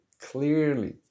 clearly